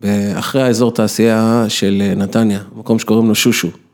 ואחרי האזור התעשייה של נתניה, במקום שקוראים לו שושו.